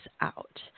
out